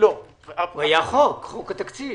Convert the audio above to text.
הוא עבר בחוק, חוק התקציב.